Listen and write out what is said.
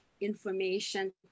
information